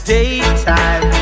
Daytime